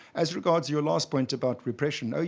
as regards your last point about repression,